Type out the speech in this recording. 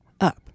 up